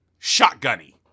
shotgunny